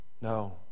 No